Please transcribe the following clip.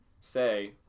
say